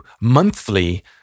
monthly